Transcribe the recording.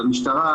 אז המשטרה,